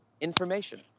information